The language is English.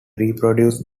reproduce